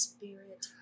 Spirit